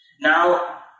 Now